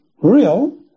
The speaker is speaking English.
real